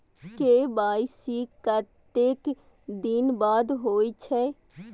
KYC कतेक दिन बाद होई छै?